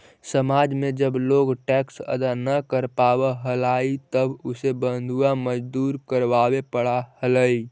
समाज में जब लोग टैक्स अदा न कर पावा हलाई तब उसे बंधुआ मजदूरी करवावे पड़ा हलाई